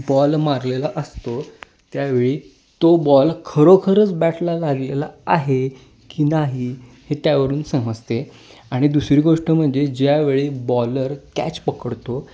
ball मारलेला असतो त्यावेळी तो बॉल खरोखरच बॅटला लागलेला आहे की नाही हे त्यावरून समजते आणि दुसरी गोष्ट म्हणजे ज्यावेळी बॉलर कॅच पकडतो